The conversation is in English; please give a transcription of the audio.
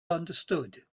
understood